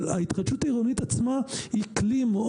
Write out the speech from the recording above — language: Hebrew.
אבל ההתחדשות העירונית עצמה היא כלי מאוד